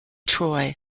troy